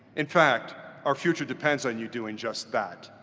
in fact, our future depends on you doing just that.